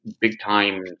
big-time